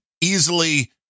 easily